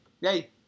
Yay